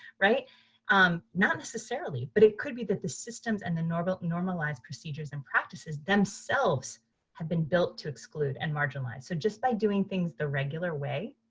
um not necessarily. but it could be the the systems and the normalized normalized procedures and practices themselves have been built to exclude and marginalize. so just by doing things the regular way,